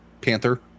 panther